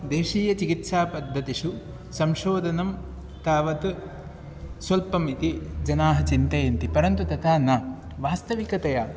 देशीयचिकित्सापद्धतिषु संशोधनं तावत् स्वल्पमिति जनाः चिन्तयन्ति परन्तु तथा न वास्तविकतया